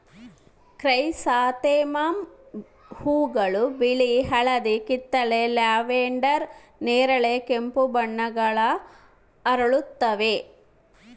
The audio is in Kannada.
ಕ್ರೈಸಾಂಥೆಮಮ್ ಹೂವುಗಳು ಬಿಳಿ ಹಳದಿ ಕಿತ್ತಳೆ ಲ್ಯಾವೆಂಡರ್ ನೇರಳೆ ಕೆಂಪು ಬಣ್ಣಗಳ ಅರಳುತ್ತವ